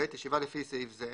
ישיבה לפי סעיף זה,